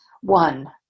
One